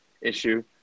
issue